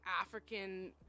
african